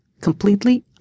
completely